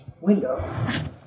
window